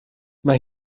mae